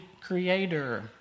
Creator